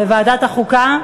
לוועדת החוקה?